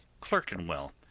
Clerkenwell